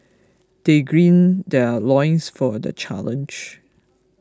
they green their loins for the challenge